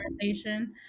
conversation